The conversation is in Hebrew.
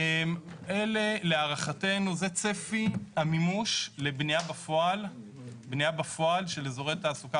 זה צפי המימוש לבנייה בפועל של אזורי תעסוקה